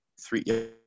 three